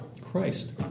Christ